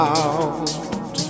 out